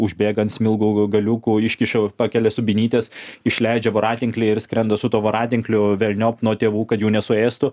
užbėga ant smilgų galiukų iškiša pakelia subinytės išleidžia voratinklį ir skrenda su tuo voratinkliu velniop nuo tėvų kad jų nesuėstų